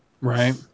Right